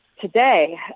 today